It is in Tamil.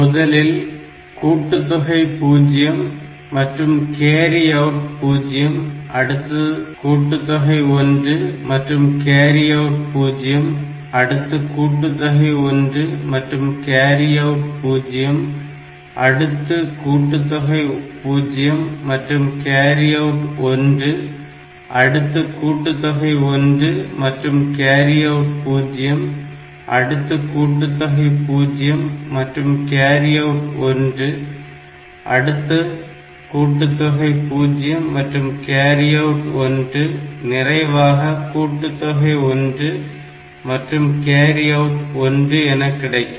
முதலில் கூட்டுத்தொகை 0 மற்றும் கேரி அவுட் 0 அடுத்து கூட்டுத்தொகை 1 மற்றும் கேரிஅவுட் 0 அடுத்து கூட்டுத்தொகை 1 மற்றும் கேரிஅவுட் 0 அடுத்து கூட்டுத்தொகை 0 மற்றும் கேரிஅவுட் 1 அடுத்து கூட்டுத்தொகை 1 மற்றும் கேரிஅவுட் 0 அடுத்து கூட்டுத்தொகை 0 மற்றும் கேரிஅவுட் 1 அடுத்து கூட்டுத்தொகை 0 மற்றும் கேரிஅவுட் 1 நிறைவாக கூட்டுத்தொகை 1 மற்றும் கேரிஅவுட் 1 என கிடைக்கும்